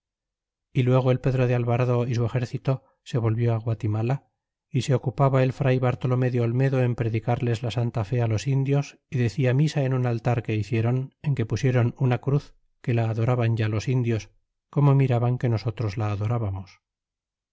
y luego el pedro de alvarado y su exército se volvió guatimala é se ocupaba el fray bartolome de olmedo en predicarles la santa fé á los indios é decia misa en un altar que hicieron en que pusieron una cruz que la adoraban ya los indios como miraban que nosotros la adorábamos